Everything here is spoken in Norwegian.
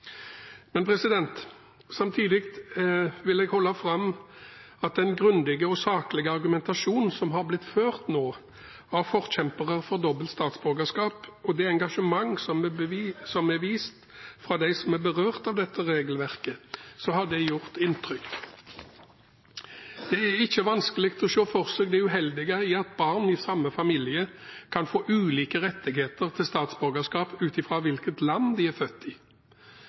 Samtidig vil jeg holde fram at den grundige og saklige argumentasjonen som nå har blitt ført av forkjemperne for dobbelt statsborgerskap, og det engasjementet som er vist fra dem som er berørt av dette regelverket, har gjort inntrykk. Det er ikke vanskelig å se for seg det uheldige i at barn i samme familie kan få ulike rettigheter til statsborgerskap ut ifra hvilket land de er født i.